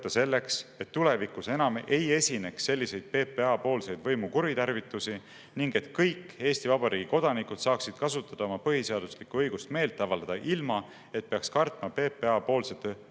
selleks, et tulevikus enam ei esineks selliseid PPA‑poolseid võimu kuritarvitusi ning et kõik Eesti Vabariigi kodanikud saaksid kasutada oma põhiseaduslikku õigust meelt avaldada, ilma et peaks kartma PPA‑poolset